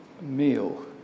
meal